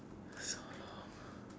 so long